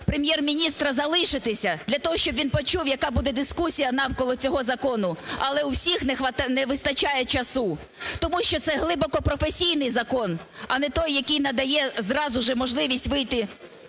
Прем’єр-міністра залишитися для того, щоб він почув, яка буде дискусія навколо цього закону, але в усіх не вистачає часу. Тому що це глибоко професійний закон, а не той, який надає зразу ж можливість вийти